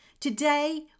Today